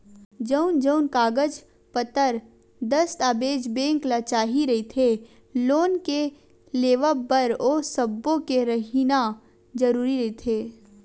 जउन जउन कागज पतर दस्ताबेज बेंक ल चाही रहिथे लोन के लेवब बर ओ सब्बो के रहिना जरुरी रहिथे